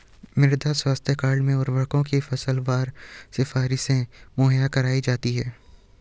मृदा स्वास्थ्य कार्ड में उर्वरकों की फसलवार सिफारिशें मुहैया कराई जाती है